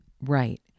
right